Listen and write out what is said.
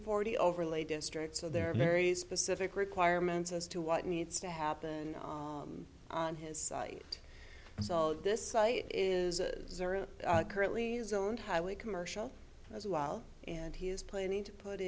forty overlay district so there are very specific requirements as to what needs to happen on his site so this site is currently zoned highly commercial as well and he is planning to put